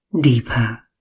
deeper